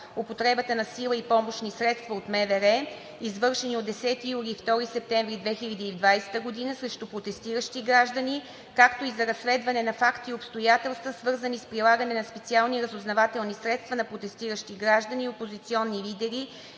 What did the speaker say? употребата на сила и помощни средства от МВР, извършени на 10 юли и 2 септември 2020 г. срещу протестиращи граждани, както и за разследване на факти и обстоятелства, свързани с прилагане на специални разузнавателни средства на протестиращи граждани, опозиционни лидери